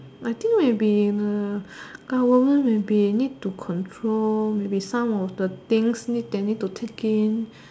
I think will be government maybe need to control maybe some of the things need that need to take in